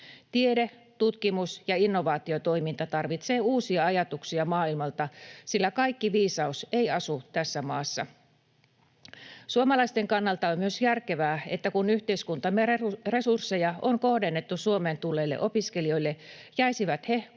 Tiede, tutkimus ja innovaatiotoiminta tarvitsevat uusia ajatuksia maailmalta, sillä kaikki viisaus ei asu tässä maassa. Suomalaisten kannalta on myös järkevää, että kun yhteiskuntamme resursseja on kohdennettu Suomeen tulleille opiskelijoille, jäisivät he